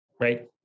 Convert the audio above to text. right